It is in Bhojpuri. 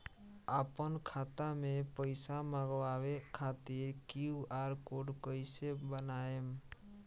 आपन खाता मे पईसा मँगवावे खातिर क्यू.आर कोड कईसे बनाएम?